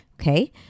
Okay